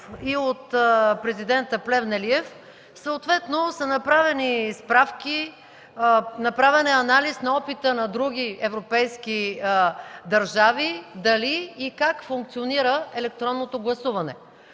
и от президента Плевнелиев, съответно са направени справки, направен е анализ на опита на други европейски държави – дали и как функционира електронното гласуване.